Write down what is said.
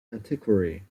antiquary